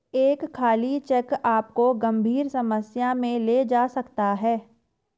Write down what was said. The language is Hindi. एक खाली चेक आपको गंभीर समस्या में ले जा सकता है